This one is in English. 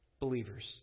believers